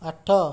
ଆଠ